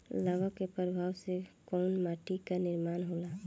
लावा क प्रवाह से कउना माटी क निर्माण होला?